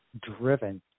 driven